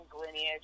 lineage